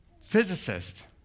Physicist